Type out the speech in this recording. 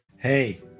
Hey